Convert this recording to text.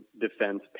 defense